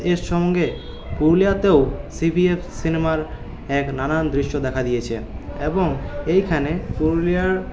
এর সঙ্গে পুরুলিয়াতেও সিভিএফ সিনেমার এক নানান দৃশ্য দেখা দিয়েছে এবং এইখানে পুরুলিয়ার